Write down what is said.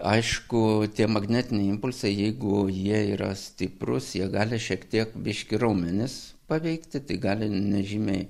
aišku tie magnetiniai impulsai jeigu jie yra stiprūs jie gali šiek tiek biškį raumenis paveikti tai gali nežymiai